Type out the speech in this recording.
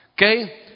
Okay